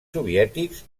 soviètics